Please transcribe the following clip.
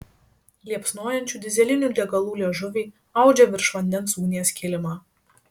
liepsnojančių dyzelinių degalų liežuviai audžia virš vandens ugnies kilimą